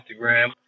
Instagram